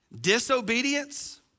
Disobedience